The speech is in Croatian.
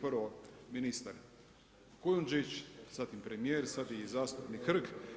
Prvo, ministar Kujundžić, zatim premijer, sada i zastupnik Hrg.